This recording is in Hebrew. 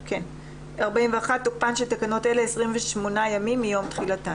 תוקף תוקפן של תקנות אלה 28 ימים מיום תחילתן.